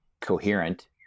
coherent